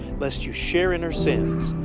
lest you share in her sins,